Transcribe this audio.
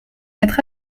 être